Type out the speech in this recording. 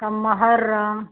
तब मोहर्रम